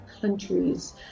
countries